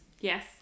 Yes